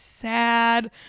sad